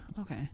Okay